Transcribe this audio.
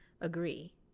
agree